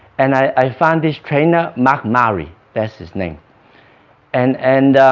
and i found this trainer mark murray that's his name and and